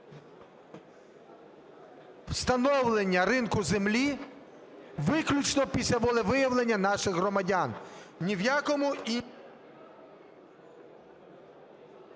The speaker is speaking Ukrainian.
встановлення ринку землі, виключно після волевиявлення наших громадян. Ні в якому…